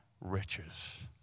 riches